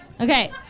okay